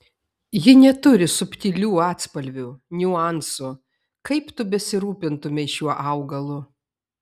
ji neturi subtilių atspalvių niuansų kaip tu besirūpintumei šiuo augalu